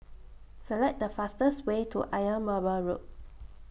Select The fastest Way to Ayer Merbau Road